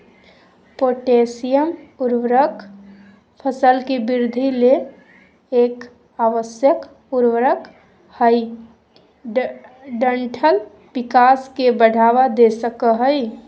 potassium उर्वरक फसल के वृद्धि ले एक आवश्यक उर्वरक हई डंठल विकास के बढ़ावा दे सकई हई